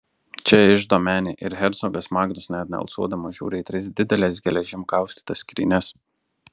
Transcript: čia iždo menė ir hercogas magnus net nealsuodamas žiūri į tris dideles geležim kaustytas skrynias